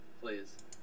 Please